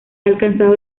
alcanzado